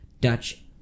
Dutch